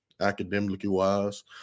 academically-wise